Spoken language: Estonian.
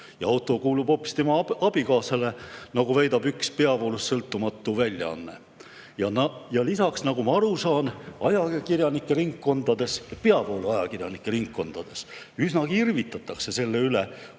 ja auto kuulub hoopis tema abikaasale, nagu väidab üks peavoolust sõltumatu väljaanne. Lisaks, nagu ma aru saan, peavoolu ajakirjanike ringkondades üsnagi irvitatakse selle üle,